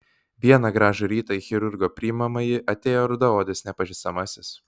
vieną gražų rytą į chirurgo priimamąjį atėjo rudaodis nepažįstamasis